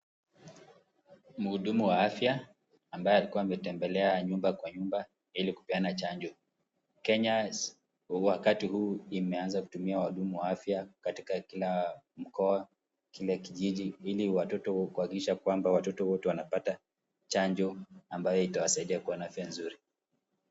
Mhudumu wa afya ambaye alikuwa ametembelea nyumba kwa nyumba ili kupeana chanjo. Kenya wakati huu imeanza kutumia wahudumu wa afya katika kila mkoa, kila kijiji ili kuhakikisha kwamba watoto wote wanapata chanjo ambayo itawasaidia kuwa na afya nzuri.